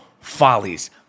follies